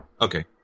Okay